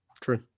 True